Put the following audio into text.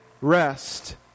rest